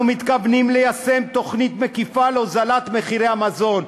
אנחנו מתכוונים ליישם תוכנית מקיפה להורדת מחירי המזון,